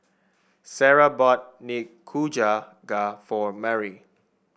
Sara bought Nikujaga for Marie